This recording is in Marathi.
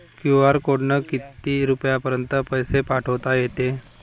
क्यू.आर कोडनं किती रुपयापर्यंत पैसे पाठोता येते?